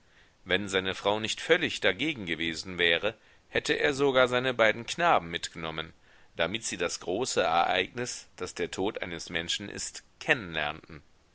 wenn seine frau nicht völlig dagegen gewesen wäre hätte er sogar seine beiden knaben mitgenommen damit sie das große ereignis das der tod eines menschen ist